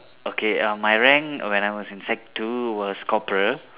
okay um my rank when I was in sec two was corporal